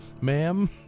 Ma'am